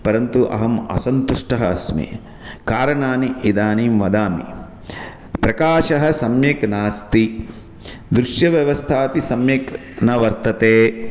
परन्तु अहम् असन्तुष्टः अस्मि कारणानि इदानीं वदामि प्रकाशः सम्यक् नास्ति दृश्यव्यवस्थापि सम्यक् न वर्तते